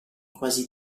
quasi